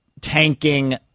tanking